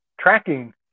tracking